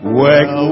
work